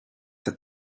that